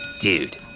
Dude